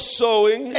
sowing